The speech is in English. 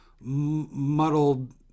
muddled